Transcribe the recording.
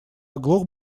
оглох